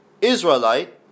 Israelite